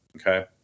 okay